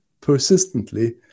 persistently